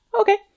Okay